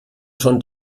schon